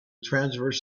transverse